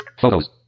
photos